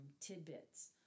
tidbits